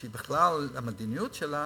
את המדיניות שלה